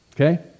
okay